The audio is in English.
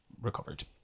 recovered